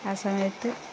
ആ സമയത്ത്